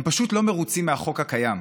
הם פשוט לא מרוצים מהחוק הקיים.